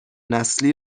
نسلی